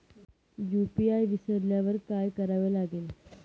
UPI विसरल्यावर काय करावे लागेल?